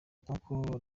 nk’uko